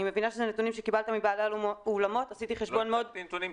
אני מבינה שאלה נתונים שקיבלת מבעלי האולמות --- לא קיבלתי נתונים,